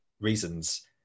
reasons